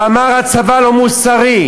הוא אמר שהצבא לא מוסרי.